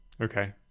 Okay